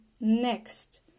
next